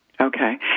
Okay